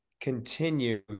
continue